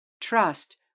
Trust